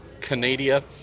Canada